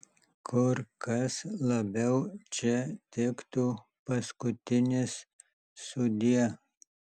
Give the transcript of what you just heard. kur kas labiau čia tiktų paskutinis sudie